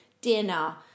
dinner